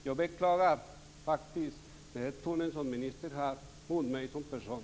Jag beklagar ministerns ton mot mig som person.